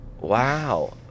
Wow